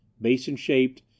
basin-shaped